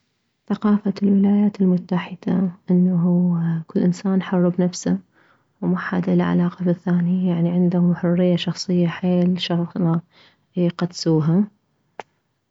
ثقافة الولايات المتحدة انه كل انسان حر بنفسه ومحد اله علاقة بالثاني يعني عندم الحرية الشخصية حيل شغلة يقدسوها